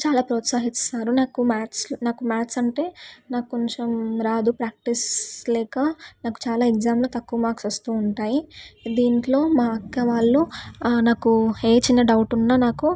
చాలా ప్రోత్సహిస్తారు నాకు మ్యాథ్స్ నాకు మ్యాథ్స్ అంటే నాకు కొంచెం రాదు ప్రాక్టీస్ లేక నాకు చాలా ఎగ్జామ్లో తక్కువ మార్క్స్ వస్తూ ఉంటాయి దీంట్లో మా అక్క వాళ్ళు నాకు ఏ చిన్న డౌట్ ఉన్న నాకు